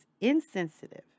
insensitive